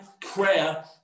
prayer